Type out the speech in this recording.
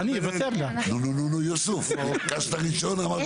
אני חושב שההצעה היא באה